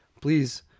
please